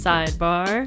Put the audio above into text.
Sidebar